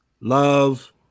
love